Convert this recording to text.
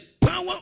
power